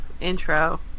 intro